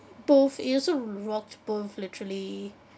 both it also rocked both literally